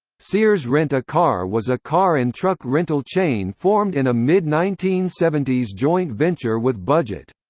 sears rent-a-car was a car and truck rental chain formed in a mid nineteen seventy s joint venture with budget.